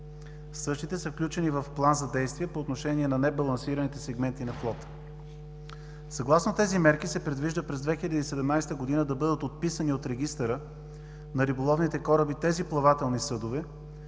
Същите са включени в План за действие по отношение на небалансираните сегменти на флота. Съгласно тези мерки се предвижда през 2017 г. да бъдат отписани от Регистъра на риболовните кораби тези плавателни съдове,